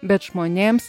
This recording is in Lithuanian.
bet žmonėms